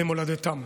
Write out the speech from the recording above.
למולדתם.